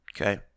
okay